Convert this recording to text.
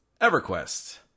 EverQuest